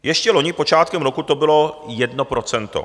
Ještě loni počátkem roku to bylo jedno procento.